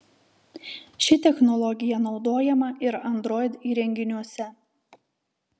ši technologija naudojama ir android įrenginiuose